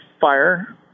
fire